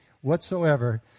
whatsoever